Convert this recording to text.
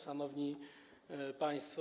Szanowni Państwo!